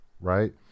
right